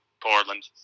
portland